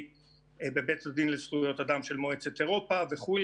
בבית הדין לזכויות אדם של מועצת אירופה וכו'.